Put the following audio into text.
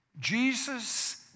Jesus